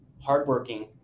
hardworking